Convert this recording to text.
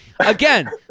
Again